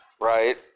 Right